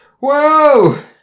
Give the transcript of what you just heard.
Whoa